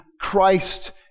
Christ